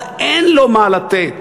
אז אין לו מה לתת.